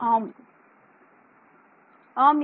மாணவர் ஆம்